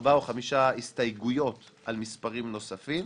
ארבע או חמש הסתייגויות על מספרים נוספים,